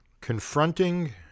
Confronting